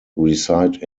reside